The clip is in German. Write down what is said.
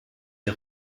der